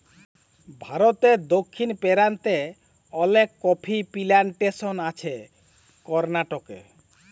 ভারতে দক্ষিণ পেরান্তে অলেক কফি পিলানটেসন আছে করনাটকে